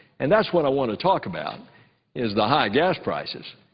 and that's what i want to talk about is the high gas prices.